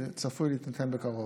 וצפוי להינתן בקרוב.